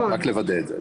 רק לוודא את זה.